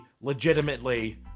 legitimately